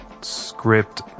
script